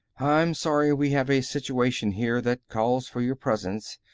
i'm sorry we have a situation here that calls for your presence,